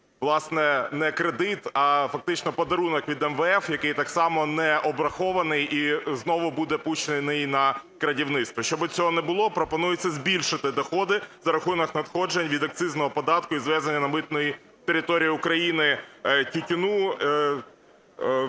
власне, не кредит, а фактично подарунок від МВФ, який так само не обрахований і знову буде пущений на "крадівництво". Щоб цього не було, пропонується збільшити доходи за рахунок надходжень від акцизного податку із ввезення на митну територію України тютюну, рідин